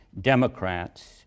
Democrats